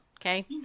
Okay